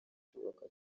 cyubaka